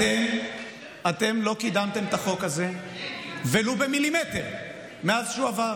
אתם לא קידמתם את החוק הזה ולו במילימטר מאז שהוא עבר.